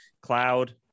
Cloud